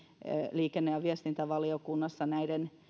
liikenne ja viestintävaliokunnassa näiden